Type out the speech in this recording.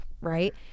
right